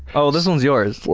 oh, this one is yours.